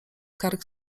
kark